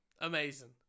amazing